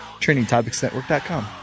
TrainingTopicsNetwork.com